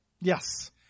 Yes